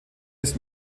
des